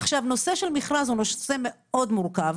נושא של מכרז הוא נושא מאוד מורכב.